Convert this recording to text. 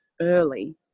early